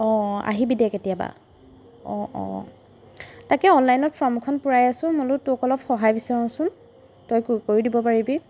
অঁ আহিবি দে কেতিয়াবা অঁ অঁ তাকে অনলাইনত ফৰ্ম এখন পূৰাই আছোঁ মই বোলো তোক অলপ সহায় বিচাৰোঁচোন তই পূৰ কৰি দিব পাৰিবি